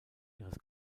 ihres